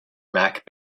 mac